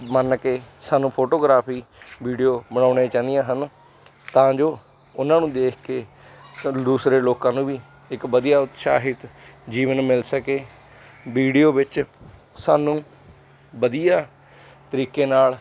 ਮੰਨ ਕੇ ਸਾਨੂੰ ਫੋਟੋਗ੍ਰਾਫੀ ਵੀਡੀਓ ਬਣਾਉਣੀਆਂ ਚਾਹੀਦੀਆਂ ਹਨ ਤਾਂ ਜੋ ਉਹਨਾਂ ਨੂੰ ਦੇਖ ਕੇ ਦੂਸਰੇ ਲੋਕਾਂ ਨੂੰ ਵੀ ਇੱਕ ਵਧੀਆ ਉਤਸ਼ਾਹਿਤ ਜੀਵਨ ਮਿਲ ਸਕੇ ਵੀਡੀਓ ਵਿੱਚ ਸਾਨੂੰ ਵਧੀਆ ਤਰੀਕੇ ਨਾਲ